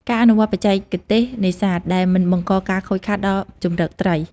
ការអនុវត្តន៍បច្ចេកទេសនេសាទដែលមិនបង្កការខូចខាតដល់ជម្រកត្រី។